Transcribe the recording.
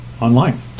online